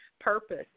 Purpose